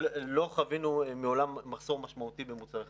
אבל, מעולם לא חווינו מחסור משמעותי במוצרי חלב.